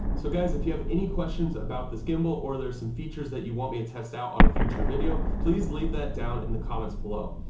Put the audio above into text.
so guys if you have any questions about this gimbal or there's some features that you want me to test out on a future video, please leave that down in the comments below.